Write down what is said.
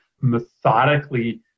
methodically